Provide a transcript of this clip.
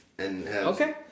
Okay